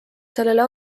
sellele